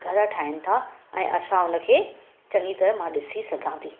घर ठाहिनि था ऐं असां उनखे चङी तरह मां ॾिसीं सघां थी